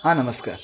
हां नमस्कार